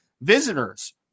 visitors